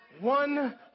one